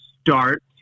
start